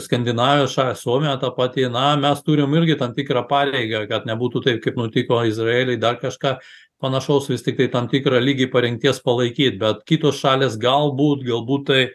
skandinavijos šal suomija ta pati na mes turim irgi tam tikrą pareigą kad nebūtų taip kaip nutiko izraely dar kažką panašaus vis tiktai tam tikrą lygį parengties palaikyt bet kitos šalys galbūt galbūt tai